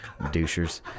douchers